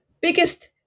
biggest